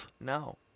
No